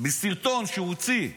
בסרטון שהוציא?